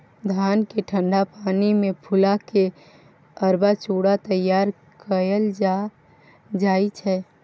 धान केँ ठंढा पानि मे फुला केँ अरबा चुड़ा तैयार कएल जाइ छै